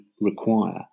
require